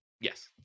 Yes